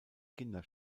kinder